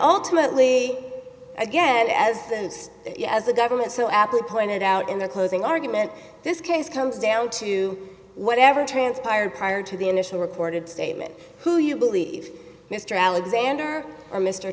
ultimately again as you as the government so aptly pointed out in the closing argument this case comes down to whatever transpired prior to the initial recorded statement who you believe mr alexander or mr